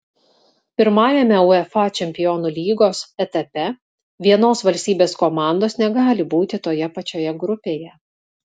pirmajame uefa čempionų lygos etape vienos valstybės komandos negali būti toje pačioje grupėje